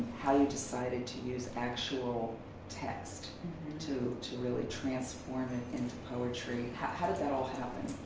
how you decided to use actual text to to really transform it into poetry. how how did that all happen?